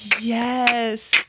Yes